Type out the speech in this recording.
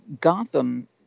Gotham